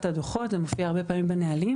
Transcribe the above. הדוחות זה מופיע הרבה פעמים בנהלים